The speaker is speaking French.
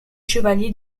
chevalier